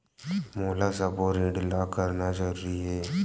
मोला सबो ऋण ला करना जरूरी हे?